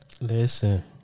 Listen